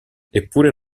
eppure